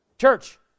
Church